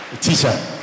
teacher